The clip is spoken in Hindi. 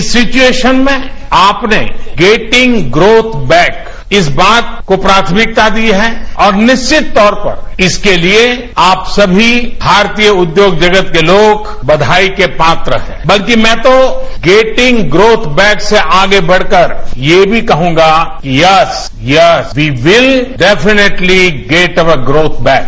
इस सिचुएसेन में आप ने गेंटिंग ग्रांथ बैक इस बात को प्राथमिकता दी है और निरिकत तौर पर इसर्क लिए आप समी भारतीय उद्योग जगत के लोग बघाई के पात्र हैं बल्कि मैं तो गेंटिंग ग्रोथ बेक से आगे बढ़कर ये भी कहूंगा yes yes we will definitely getting our growth bake